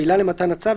העילה למתן הצו,